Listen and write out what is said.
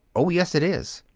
oh, yes, it is.